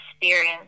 experience